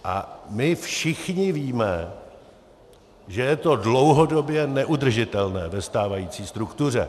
A my všichni víme, že je to dlouhodobě neudržitelné ve stávající struktuře.